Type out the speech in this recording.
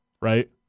right